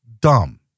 dumb